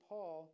Paul